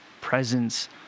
presence